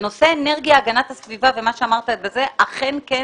בנושא אנרגיה והגנת הסביבה, אכן כן